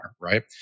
right